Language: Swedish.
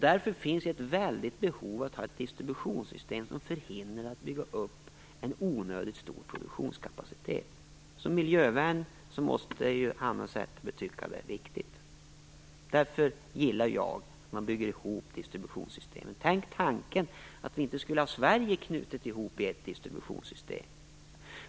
Därför finns ett väldigt behov av att ha ett distributionssystem som förhindrar att man måste bygga upp en onödigt stor produktionskapacitet. Som miljövän måste Hanna Zetterberg tycka att det är riktigt. Därför gillar jag att att man bygger ihop distributionssystemen. Tänk om inte Sverige var ihopknutet i ett distributionssystem!